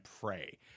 pray